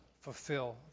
fulfill